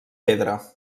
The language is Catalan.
pedra